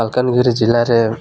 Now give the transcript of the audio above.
ମାଲକାନଗିରି ଜିଲ୍ଲାରେ